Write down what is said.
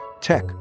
tech